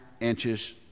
inches